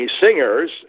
singers